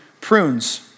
prunes